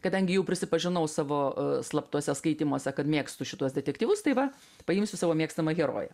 kadangi jau prisipažinau savo slaptuose skaitymuose kad mėgstu šituos detektyvus tai va paimsiu savo mėgstamą heroję